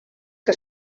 que